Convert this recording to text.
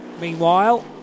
meanwhile